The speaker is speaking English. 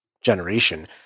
generation